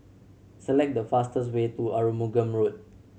select the fastest way to Arumugam Road